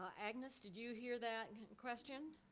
ah agnes, did you hear that question?